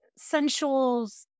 sensuals